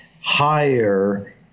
higher